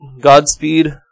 Godspeed